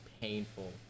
painful